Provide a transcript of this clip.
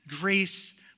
grace